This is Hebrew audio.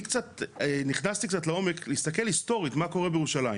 אני נכנסתי קצת לעומק להסתכל היסטורית מה קורה בירושלים.